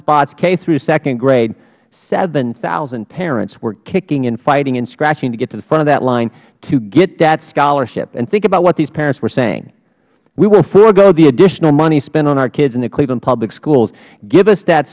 spots k through second grade seven thousand parents were kicking and fighting and scratching to get to the front of that line to get that scholarship and think about what these parents were saying we will forego the additional money spent on our kids in the cleveland public schools give us that